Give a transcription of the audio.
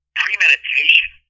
premeditation